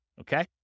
Okay